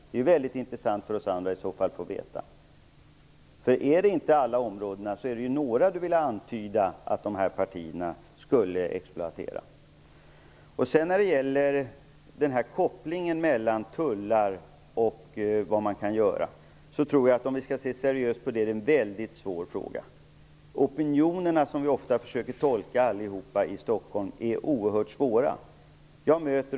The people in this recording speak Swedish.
Det är väldigt intressant för oss andra att få veta. Gäller det inte alla områden, så är det ju några områden som han vill antyda att de andra partierna skulle exploatera. Frågan om kopplingen mellan tullar och vad som kan göras är väldigt svår, om man skall se seriöst på den. Opinionerna i Stockholm är oerhört svåra att tolka, även om vi allihop ofta försöker göra det.